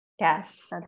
Yes